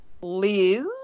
Liz